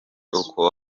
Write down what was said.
uko